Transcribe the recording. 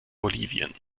bolivien